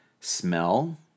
smell